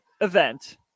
event